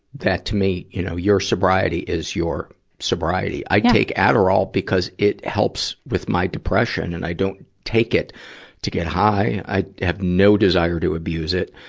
that, to me, you know, your sobriety is your sobriety. i take adderall because it helps with my depression. and i don't take it to get high. i have no desire to abuse it.